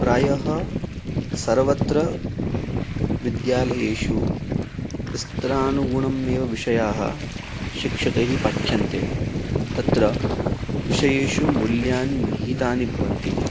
प्रायः सर्वत्र विद्यालयेषु शास्त्रानुगुणमेव विषयाः शिक्षकैः पाठ्यन्ते तत्र विषयेषु मूल्यानि निहितानि भवन्ति